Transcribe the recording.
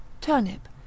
turnip